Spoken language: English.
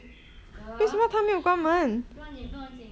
girl 不用紧不用紧